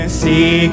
see